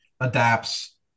adapts